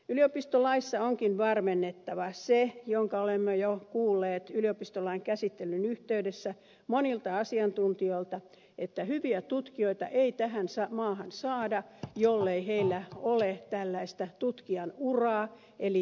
yliopistolaissa onkin varmennettava se minkä olemme jo kuulleet yliopistolain käsittelyn yhteydessä monilta asiantuntijoilta että hyviä tutkijoita ei tähän maahan saada jollei heillä ole tällaista tutkijan uraa eli tenure track